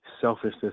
selfishness